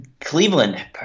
cleveland